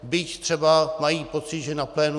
Byť třeba mají pocit, že na plénu